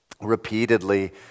repeatedly